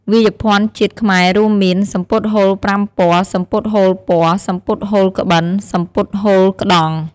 វាយភណ្ឌជាតិខ្មែររួមមាន សំពត់ហូលប្រាំពណ៌ សំពត់ហូលពណ៌ សំពត់ហូលក្បិន សំពត់ហូលក្តង់។